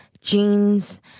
jeans